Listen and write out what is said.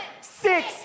six